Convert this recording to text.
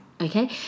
Okay